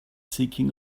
seeking